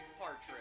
Partridge